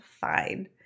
fine